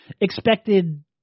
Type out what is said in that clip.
expected